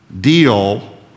Deal